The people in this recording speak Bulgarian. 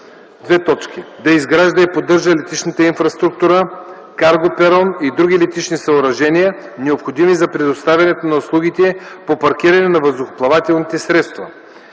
да изгражда и поддържа летищната инфраструктура – карго перон и други летищни съоръжения, необходими за предоставянето на услугите по паркиране на въздухоплавателните средства;